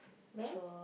when